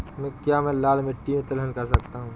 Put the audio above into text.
क्या मैं लाल मिट्टी में तिलहन कर सकता हूँ?